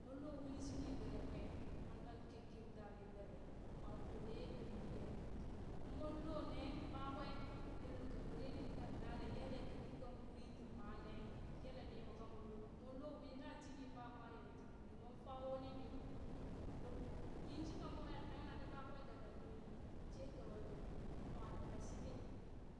Moon loo wini shi nwi gberee kwee moon ɗan kepkep da nwi gberee, ɓa kole ye erum dee moon loo nee ɓakwee yelul ka ɗoree ni ɗingan lare ele ka ɗingan uri tii malee ele nwi mo ka mollo mollo wini ɗaŋ shi nwi fa amma yele tin uri mon fa wini nwi don yinshika moo er tanghe na ti ɓakwee daga nwi shee gaɓa yoo, mwa ɗeɓe shiɓit,